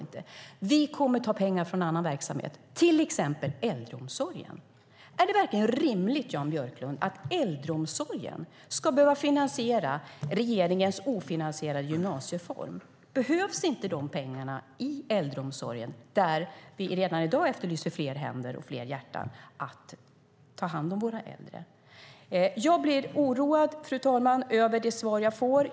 De kommer att ta pengar från annan verksamhet, till exempel äldreomsorgen. Är det verkligen rimligt, Jan Björklund, att äldreomsorgen ska behöva finansiera regeringens ofinansierade gymnasiereform? Behövs inte de pengarna i äldreomsorgen där vi redan i dag efterlyser fler händer och fler hjärtan för att ta hand om våra äldre? Fru talman! Jag blir oroad över de svar jag får.